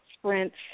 sprints